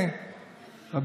את